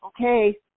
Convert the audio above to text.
okay